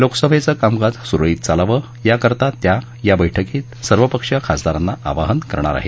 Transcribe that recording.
लोकसभेचं कामकाज सुरळीत चालावं याकरता त्या या बैठकीत सर्वपक्षीय खासदारांना आवाहन करणार आहेत